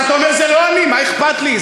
אתה אומר: זה לא אני, מה אכפת לי?